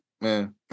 man